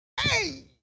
Hey